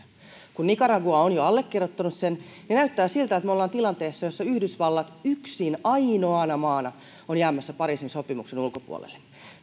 kun nicaragua on jo allekirjoittanut sen näyttää siltä että me olemme tilanteessa jossa yhdysvallat yksin ainoana maana on jäämässä pariisin sopimuksen ulkopuolelle